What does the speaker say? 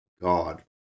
God